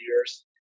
years